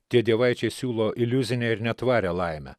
tie dievaičiai siūlo iliuzinę ir netvarią laimę